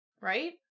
right